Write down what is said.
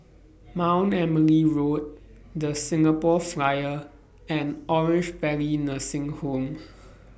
Mount Emily Road The Singapore Flyer and Orange Valley Nursing Home